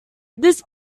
this